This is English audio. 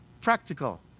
practical